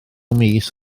mis